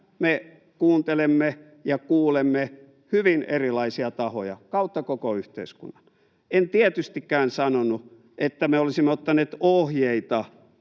me kuuntelemme ja kuulemme hyvin erilaisia tahoja kautta koko yhteiskunnan. En tietystikään sanonut, että me olisimme ottaneet ohjeita